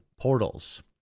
portals